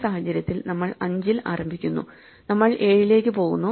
ഈ സാഹചര്യത്തിൽ നമ്മൾ 5 ൽ ആരംഭിക്കുന്നു നമ്മൾ 7 ലേക്ക് പോകുന്നു